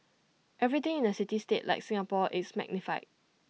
everything in A city state like Singapore is magnified